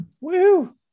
Woo